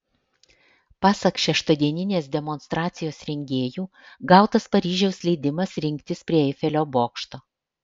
pasak šeštadieninės demonstracijos rengėjų gautas paryžiaus leidimas rinktis prie eifelio bokšto